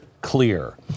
clear